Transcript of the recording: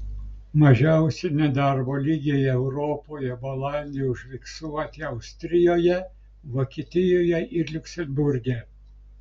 mažiausi nedarbo lygiai europoje balandį užfiksuoti austrijoje vokietijoje ir liuksemburge